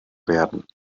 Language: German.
werden